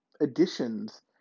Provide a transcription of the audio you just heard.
additions